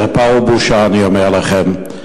חרפה ובושה, אני אומר לכם.